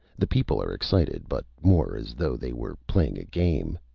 the people are excited, but more as though they were playing a game.